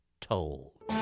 told